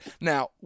Now